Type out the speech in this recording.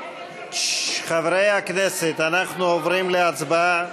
חברי הכנסת, אנחנו עוברים להצבעה.